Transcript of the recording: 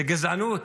זו גזענות.